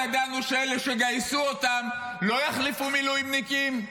לא ידענו שאלה שיגייסו אותם לא יחליפו מילואימניקים?